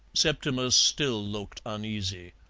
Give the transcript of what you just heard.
septimus still looked uneasy.